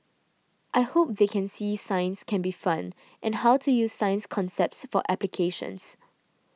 I hope they can see science can be fun and how to use science concepts for applications